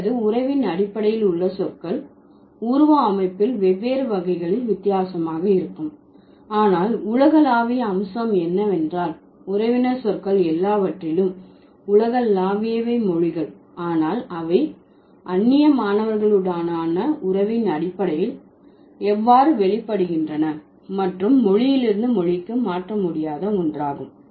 குறைந்தது உறவின் அடிப்படையில் உள்ள சொற்கள் உருவ அமைப்பில் வெவ்வேறு வகைகளில் வித்தியாசமாக இருக்கும் ஆனால் உலகளாவிய அம்சம் என்னவென்றால் உறவினர் சொற்கள் எல்லாவற்றிலும் உலகளாவியவை மொழிகள் ஆனால் அவை அந்நியமானவர்களுடனான உறவின் அடிப்படையில் எவ்வாறு வெளிப்படுகின்றன மற்றும் மொழியிலிருந்து மொழிக்கு மாற்ற முடியாத ஒன்றாகும்